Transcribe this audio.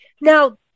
Now